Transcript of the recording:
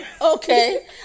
Okay